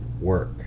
work